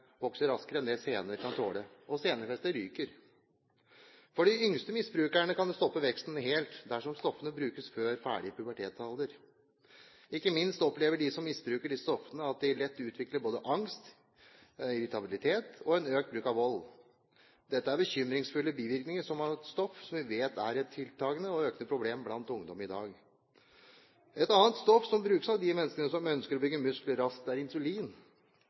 vokser raskere enn det sener kan tåle, og senefestet ryker. Hos de yngste misbrukerne kan veksten stoppe helt dersom stoffene brukes før avsluttet pubertetsalder. Ikke minst opplever de som misbruker disse stoffene, at de lett utvikler både angst, irritabilitet og en økt bruk av vold. Dette er bekymringsfulle bivirkninger av et stoff som vi vet er et tiltagende problem blant ungdom i dag. Et annet stoff som brukes av de menneskene som ønsker å bygge muskler raskt, er insulin.